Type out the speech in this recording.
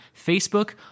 Facebook